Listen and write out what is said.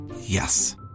Yes